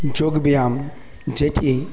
যোগব্যায়াম যেটি